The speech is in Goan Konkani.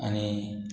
आनी